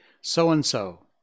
so-and-so